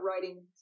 writing